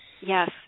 Yes